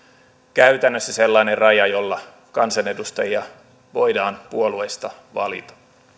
käytännössä sellainen raja jolla kansanedustajia voidaan puolueista valita